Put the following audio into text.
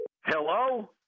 Hello